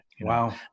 Wow